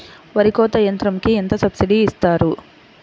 వరి కోత యంత్రంకి ఎంత సబ్సిడీ ఇస్తారు?